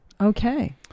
Okay